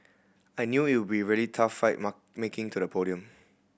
I knew it would be really tough fight making to the podium